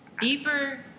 deeper